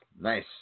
Nice